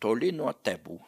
toli nuo tebų